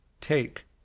Take